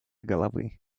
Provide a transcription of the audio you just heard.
головы